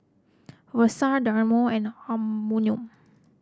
Versace Diadora and Anmum